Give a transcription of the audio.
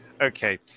Okay